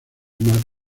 mar